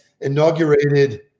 inaugurated